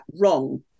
wrong